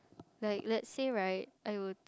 like let's say right I would